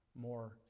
more